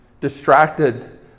distracted